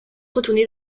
retourner